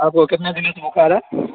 آپ کو کتنے دنوں سے بخار ہے